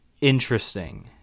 Interesting